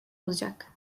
olacak